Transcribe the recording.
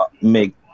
make